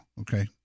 Okay